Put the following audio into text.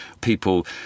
people